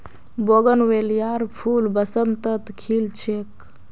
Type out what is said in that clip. बोगनवेलियार फूल बसंतत खिल छेक